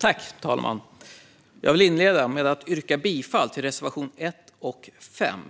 Fru talman! Jag vill inleda med att yrka bifall till reservationerna 1 och 5.